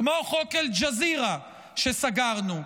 כמו חוק אל-ג'זירה שסגרנו.